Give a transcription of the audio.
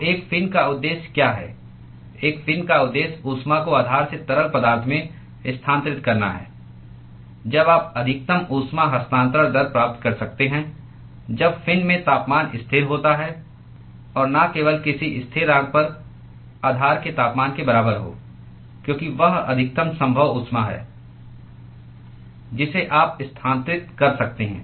तो एक फिन का उद्देश्य क्या है एक फिन का उद्देश्य ऊष्मा को आधार से तरल पदार्थ में स्थानांतरित करना है जब आप अधिकतम ऊष्मा हस्तांतरण दर प्राप्त कर सकते हैं जब फिन में तापमान स्थिर होता है और न केवल किसी स्थिरांक पर आधार के तापमान के बराबर हो क्योंकि वह अधिकतम संभव ऊष्मा है जिसे आप स्थानांतरित कर सकते हैं